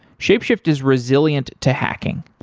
shapeshift is resilient to hacking.